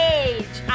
age